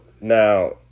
now